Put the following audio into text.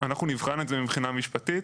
אנחנו נבחן את זה מבחינה משפטית,